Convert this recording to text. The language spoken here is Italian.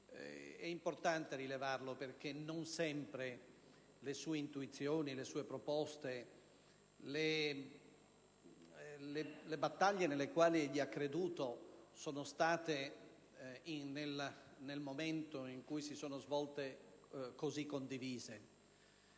È importante rilevarlo perché non sempre le sue intuizioni, le sue proposte e le battaglie nelle quali egli ha creduto sono state, nel momento in cui si sono svolte, così condivise.